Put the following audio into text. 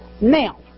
Now